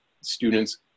students